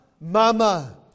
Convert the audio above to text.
Mama